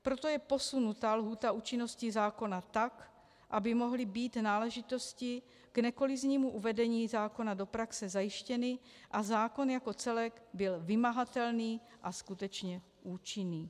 Proto je posunuta lhůta účinnosti zákona tak, aby mohly být náležitosti k nekoliznímu uvedení zákona do praxe zajištěny a zákon jako celek byl vymahatelný a skutečně účinný.